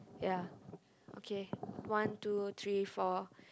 ya okay one two three four